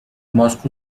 moscow